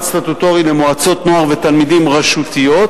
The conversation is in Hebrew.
סטטוטורי למועצות נוער ותלמידים רשותיות,